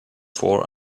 for